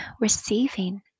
receiving